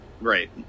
Right